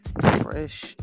fresh